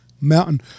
mountain